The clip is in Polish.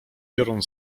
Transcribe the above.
piorun